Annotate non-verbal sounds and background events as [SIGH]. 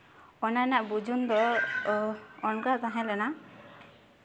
ᱚᱱᱟ ᱨᱮᱱᱟᱜ ᱵᱩᱡᱩᱱ ᱫᱚ ᱚᱱᱠᱟ ᱛᱟᱦᱮᱸ ᱞᱮᱱᱟ [UNINTELLIGIBLE]